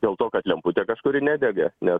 dėl to kad lemputė kažkuri nedega nes